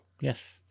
Yes